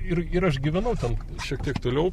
ir ir aš gyvenau ten šiek tiek toliau